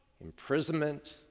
imprisonment